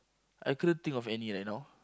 I couldn't think of any right now